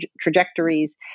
trajectories